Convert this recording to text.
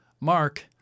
Mark